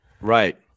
Right